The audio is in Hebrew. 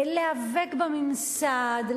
להיאבק בממסד,